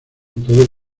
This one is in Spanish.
todo